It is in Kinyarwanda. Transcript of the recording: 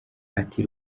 ati